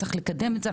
צריך לקדם את זה,